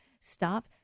stop